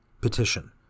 Petition